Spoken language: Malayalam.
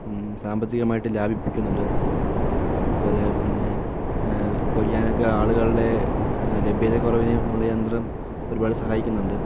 സാമ്പത്തികമായിട്ട് ലാഭിപ്പിക്കുന്നുണ്ട് അതുപോലെ പിന്നെ കൊയ്യാനൊക്കെ ആളുകളുടെ ലഭ്യതക്കുറവിനെ നമ്മൾ യന്ത്രം ഒരുപാട് സഹായിക്കുന്നുണ്ട്